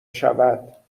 شود